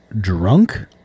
drunk